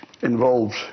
involved